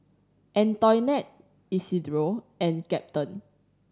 Antoinette Isidro and Captain